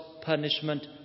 punishment